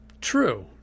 True